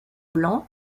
blanc